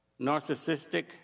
narcissistic